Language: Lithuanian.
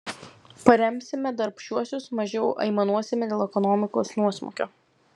paremsime darbščiuosius mažiau aimanuosime dėl ekonomikos nuosmukio